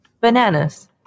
bananas